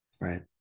right